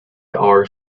are